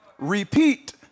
Repeat